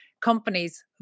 companies